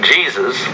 Jesus